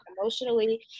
emotionally